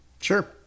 Sure